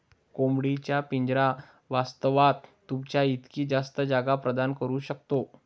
कोंबडी चा पिंजरा वास्तवात, तुमच्या इतकी जास्त जागा प्रदान करू शकतो